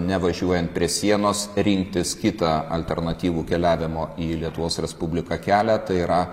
nevažiuojant prie sienos rinktis kitą alternatyvų keliavimo į lietuvos respubliką kelią tai yra